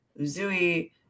Uzui